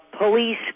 police